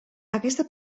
aquesta